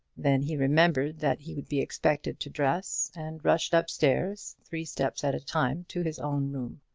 then he remembered that he would be expected to dress, and rushed up-stairs, three steps at a time, to his own room.